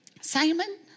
Simon